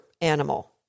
animal